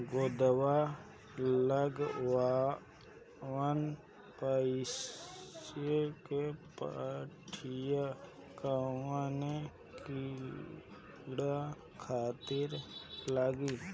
गोदवा लगवाल पियरकि पठिया कवने कीड़ा खातिर लगाई?